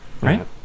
Right